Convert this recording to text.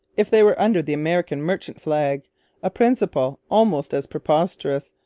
if they were under the american merchant flag a principle almost as preposterous,